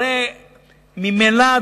הרי ממילא,